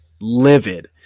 livid